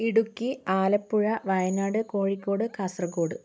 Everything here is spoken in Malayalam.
ഇടുക്കി ആലപ്പുഴ വയനാട് കോഴിക്കോട് കാസർഗോഡ്